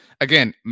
again